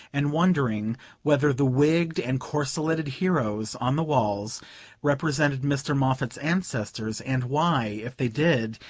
and wondering whether the wigged and corseleted heroes on the walls represented mr. moffatt's ancestors, and why, if they did,